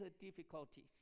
difficulties